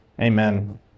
Amen